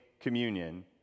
communion